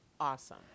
awesome